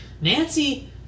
Nancy